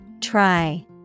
Try